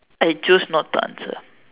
I choose not to answer